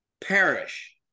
perish